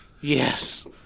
Yes